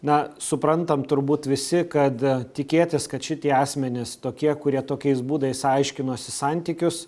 na suprantam turbūt visi kada tikėtis kad šitie asmenys tokie kurie tokiais būdais aiškinosi santykius